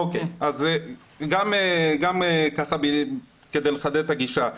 גם כדי לחדד את הגישה.